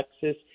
Texas